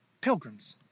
pilgrims